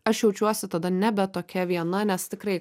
aš jaučiuosi tada nebe tokia viena nes tikrai